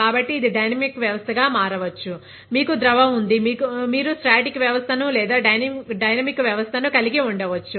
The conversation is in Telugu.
కాబట్టి ఇది డైనమిక్ వ్యవస్థ గా మారవచ్చు మీకు ద్రవం ఉంది మీరు స్టాటిక్ వ్యవస్థ ను లేదా డైనమిక్ వ్యవస్థ ను కలిగి ఉండవచ్చు